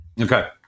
okay